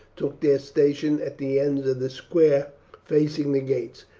took their station at the ends of the square facing the gates.